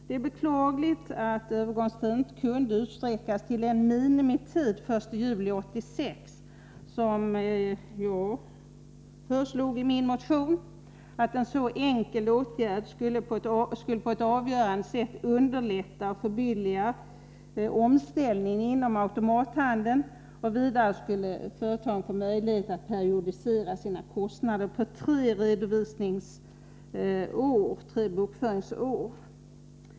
Det är beklagligt att övergångstiden inte kunde utsträckas till den minimitid — fram till den 1 juli 1986 — som jag föreslog i min motion. En så enkel åtgärd skulle på ett avgörande sätt ha underlättat och förbilligat omställningen inom automathandeln, och vidare skulle företagen ha fått möjlighet att periodisera sina kostnader på tre bokföringsår.